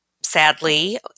sadly